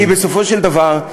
כי בסופו של דבר,